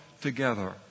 together